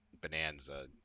Bonanza